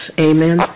amen